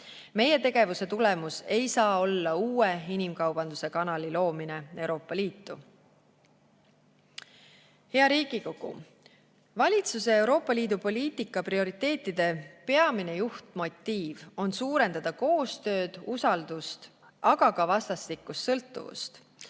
Meie tegevuse tulemus ei tohi uus inimkaubanduse kanal Euroopa Liitu. Hea Riigikogu! Valitsuse Euroopa Liidu poliitika prioriteetide peamine juhtmotiiv on suurendada koostööd, usaldust, aga ka vastastikust sõltuvust